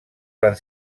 van